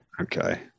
Okay